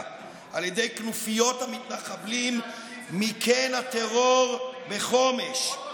על ידי כנופיות המתנחבלים מקן הטרור בחומש.